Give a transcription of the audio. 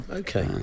okay